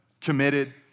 committed